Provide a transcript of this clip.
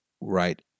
Right